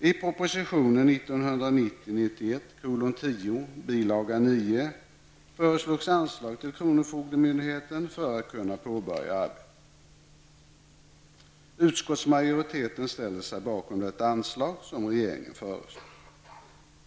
I proposition 1990/91:100, bil. 9, föreslås ett anslag till kronofogdemyndigheten för att detta arbete skall kunna påbörjas. Utskottsmajoriteten ställer sig bakom det anslag som regeringen har föreslagit.